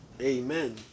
Amen